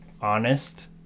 honest